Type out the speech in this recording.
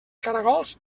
caragols